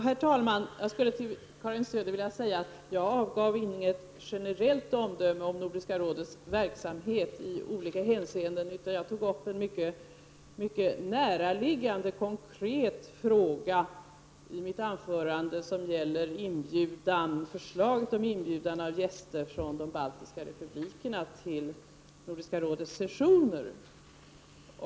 Herr talman! Jag vill till Karin Söder säga att jag inte fällt något generellt omdöme om Nordiska rådets verksamhet i olika hänseenden. Jag tog i mitt anförande upp en konkret, mycket näraliggande fråga, nämligen förslaget om att inbjuda gäster från de baltiska republikerna till Nordiska rådets sessioner.